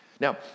Now